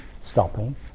stopping